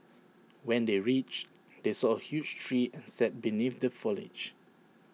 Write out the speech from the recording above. when they reached they saw A huge tree and sat beneath the foliage